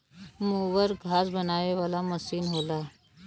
mower घास बनावे वाला मसीन होला